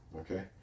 Okay